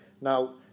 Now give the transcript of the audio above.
now